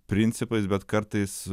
principais bet kartais